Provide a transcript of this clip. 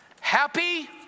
Happy